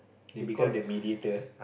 they become the mediator